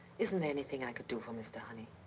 isn't there anything i could do for mr. honey?